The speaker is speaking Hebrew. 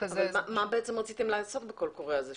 כזה --- מה רציתם לעשות בקול קורא הזה?